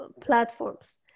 platforms